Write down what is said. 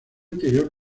anterior